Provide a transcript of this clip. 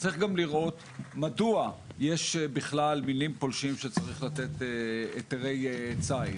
צריך גם לראות מדוע יש בכלל מינים פולשים שצריך לתת היתרי ציד.